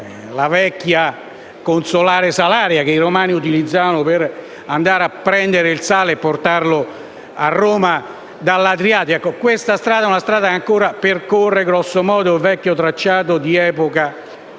la vecchia consolare Salaria che i romani utilizzavano per andare a prendere il sale e portarlo a Roma dall'Adriatico. Questa strada ancora percorre, grosso modo, il vecchio tracciato di epoca